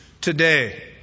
today